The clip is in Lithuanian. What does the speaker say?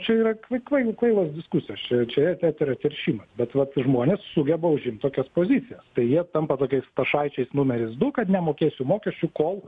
čia yra kvai kvai kvailos diskusijos čia yra eterio teršimas bet va žmonės sugeba užimt tokias pozicijas tai jie tampa tokiais stasaičiais numeris du kad nemokėsiu mokesčių kol